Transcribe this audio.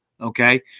Okay